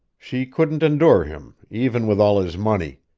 she couldn't endure him, even with all his money.